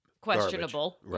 questionable